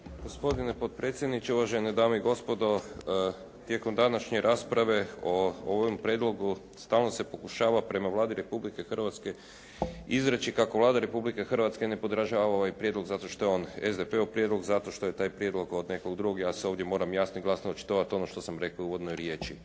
Gospodine potpredsjedniče, uvažene dame i gospodo. Tijekom današnje rasprave o ovom prijedlogu stalno se pokušava prema Vladi Republike Hrvatske izreći kako Vlada Republike Hrvatske ne podržava ovaj prijedlog zato što je on SDP-ov prijedlog, zato što je taj prijedlog od nekog drugog. Ja se ovdje moram jasno i glasno očitovati ono što sam rekao u uvodnoj riječi.